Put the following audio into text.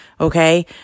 Okay